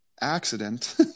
accident